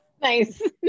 Nice